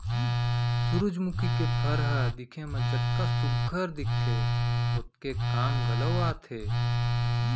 सुरूजमुखी के फर ह दिखे म जतका सुग्घर दिखथे ओतके काम घलौ आथे